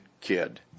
kid